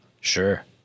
Sure